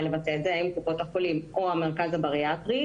לבצע אותה - האם קופות החולים או המרכז הבריאטרי.